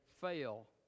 fail